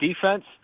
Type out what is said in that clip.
defense